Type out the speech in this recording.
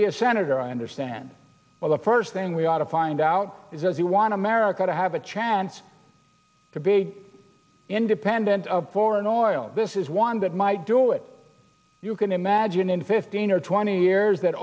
be a senator i understand well the first thing we ought to find out is as you want america to have a chance to be independent of foreign oil this is one that might do it you can imagine in fifteen or twenty years that